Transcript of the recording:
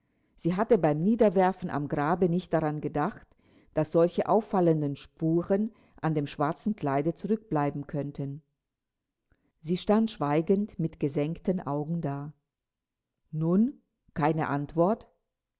sie hatte beim niederwerfen am grabe nicht daran gedacht daß solche auffallende spuren an dem schwarzen kleide zurückbleiben könnten sie stand schweigend mit gesenkten augen da nun keine antwort